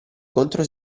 contro